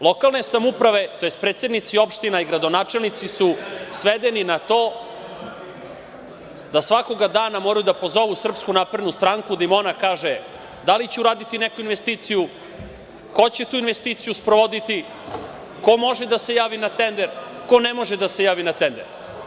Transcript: Lokalne samouprave tj. predsednici opština i gradonačelnici su svedeni na to da svakog dana moraju da pozovu SNS, da im ona kaže da li će uraditi neku investiciju, ko će tu investiciju sprovoditi, ko može da se javi na tender, ko ne može da se javi na tender.